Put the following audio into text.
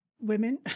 women